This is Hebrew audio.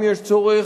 אם יש צורך,